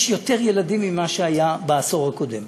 יש יותר ילדים מכפי שהיו בעשור הקודם.